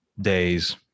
days